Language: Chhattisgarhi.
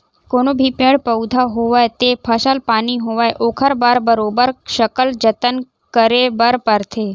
कोनो भी पेड़ पउधा होवय ते फसल पानी होवय ओखर बर बरोबर सकल जतन करे बर परथे